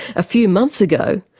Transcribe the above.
a few months ago,